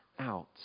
out